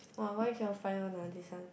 [wah] why cannot find one ah this one